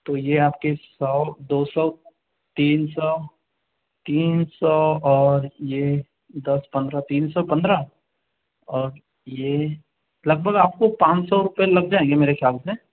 तो यह आपके सौ दो सौ तीन सौ तीन सौ और यह दस पंद्रह तीन सौ पंद्रह और यह लगभग आपको पाँच सौ रुपए लग जाएंगे मेरे ख़्याल से